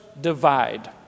divide